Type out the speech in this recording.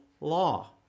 law